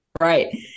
Right